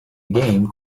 game